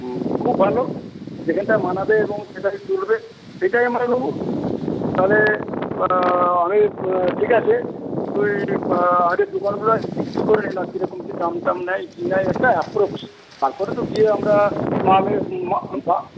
খুব ভালো যেখানটাই মানাবে এবং সেটাকে চলবে সেইটাই আমরা নেব তাহলে আমি ঠিক আছে তুই আগে দোকানগুলোতে জিজ্ঞেস করে নে কিরকম দাম টাম নেয় কি নেয় একটা অ্যাপ্রোক্স তারপরে তো গিয়ে আমরা